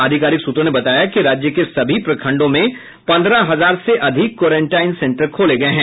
आधिकारिक सूत्रों ने बताया कि राज्य के सभी प्रखंडों में पंद्रह हजार से अधिक क्वारंटाइन सेंटर खोले गये हैं